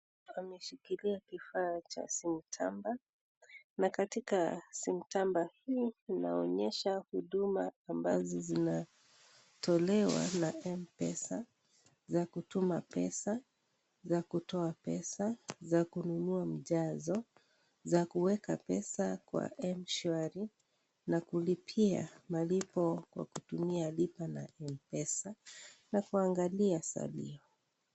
Ameshikilia kifaa cha simu tamba na katika simu tamba hii inaonyesha huduma ambazo zinatolewa na Mpesa za kutuma pesa, za kutoa pesa, za kununua mjazo, za kuweka pesa kwa mshwari na kulipia malipo kwa kutumia lipa na mpesa na kuangalia salio.